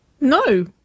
No